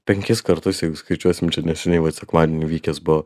penkis kartus jeigu skaičiuosim čia neseniai vat sekmadienį vykęs buvo